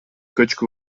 көчкү